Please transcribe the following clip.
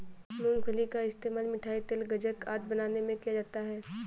मूंगफली का इस्तेमाल मिठाई, तेल, गज्जक आदि बनाने में किया जाता है